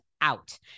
out